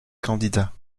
candidats